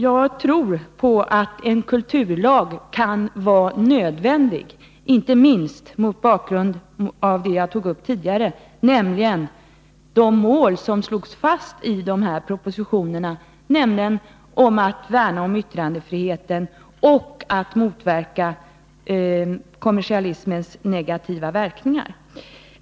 Jag tror att en kulturlag kan vara nödvändig — inte minst mot bakgrund av det som jag tog upptidigare, nämligen de mål som slogs fast i de nämnda propositionerna: att värna om yttrandefriheten och motverka kommersialismens negativa verkningar.